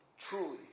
Truly